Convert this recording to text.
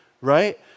right